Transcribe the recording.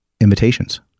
invitations